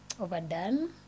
overdone